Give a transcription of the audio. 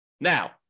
Now